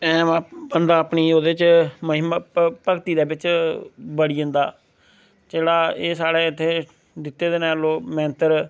बंदा अपनी ओह्दे च महिमां भक्ति दे बिच बड़ी जंदा जेल्लै एह् स्हाड़े इत्थै दित्ते दे न मैंत्र